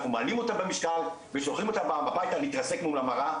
אנחנו מעלים אותם במשקל ושולחים אותם הבייתה להתרסק מול המראה,